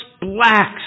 blacks